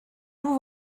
vous